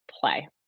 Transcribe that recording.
play